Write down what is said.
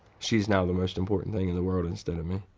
she's now the most important thing in the world instead of me.